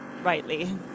Rightly